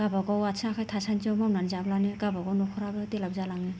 गाबागाव आथिं आखाइ थासान्दिआव मावनानै जाब्लानो गाबागाव न'खराबो डेभेलप जालाङो